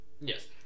Yes